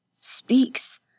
speaks